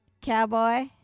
cowboy